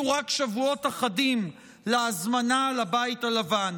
רק שבועות אחדים להזמנה לבית הלבן,